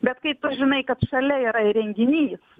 bet kai tu žinai kad šalia yra įrenginys